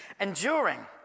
Enduring